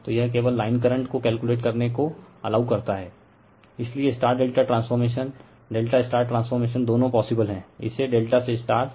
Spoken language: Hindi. तो यह केवल लाइन करंट को कैलकुलेट करने को अलाऊ करता हैं इसलिए ∆ ट्रांसफॉर्मेशन ∆ ट्रांसफॉर्मेशन दोनों पोसिबल हैं इसे ∆ से से ∆ कन्वर्ट कर सकते हैं